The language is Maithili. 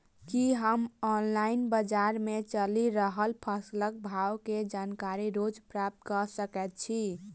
की हम ऑनलाइन, बजार मे चलि रहल फसलक भाव केँ जानकारी रोज प्राप्त कऽ सकैत छी?